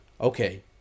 okay